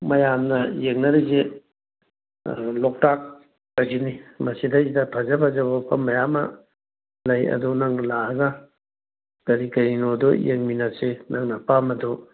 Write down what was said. ꯃꯌꯥꯝꯅ ꯌꯦꯡꯅꯔꯤꯁꯦ ꯂꯣꯛꯇꯥꯛ ꯑꯁꯤꯅꯤ ꯃꯁꯤꯗꯩꯁꯤꯗ ꯐꯖ ꯐꯖꯕ ꯃꯐꯝ ꯃꯌꯥꯝ ꯑꯃ ꯂꯩ ꯑꯗꯣ ꯅꯪꯅ ꯂꯥꯛꯑꯒ ꯀꯔꯤ ꯀꯔꯤꯅꯣꯗꯣ ꯌꯦꯡꯃꯤꯟꯅꯁꯦ ꯅꯪꯅ ꯑꯄꯥꯝꯕꯗꯣ